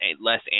less